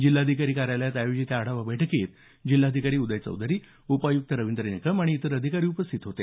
जिल्हाधिकारी कार्यालयात आयोजित या आढावा बैठकीत जिल्हाधिकारी उदय चौधरी उपायुक्त रविंद्र निकम आणि इतर अधिकारी उपस्थित होते